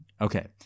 Okay